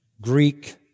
Greek